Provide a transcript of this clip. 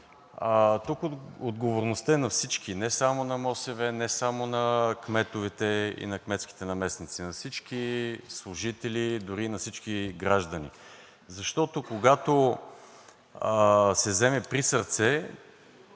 тук отговорността е на всички, не само на МОСВ, не само на кметовете и на кметските наместници – на всички служители, дори на всички граждани. Защото, когато се вземе присърце